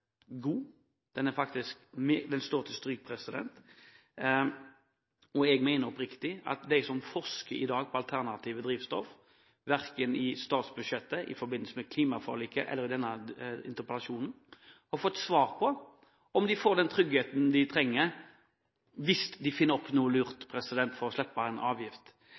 er bra, det står til stryk, og jeg mener oppriktig at de som i dag forsker på alternative drivstoff, har verken i statsbudsjettet, i forbindelse med klimaforliket eller i denne interpellasjonen fått svar på om de får den tryggheten de trenger hvis en finner opp noe lurt for å slippe en avgift.